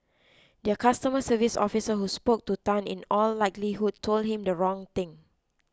their customer service officer who spoke to Tan in all likelihood told him the wrong thing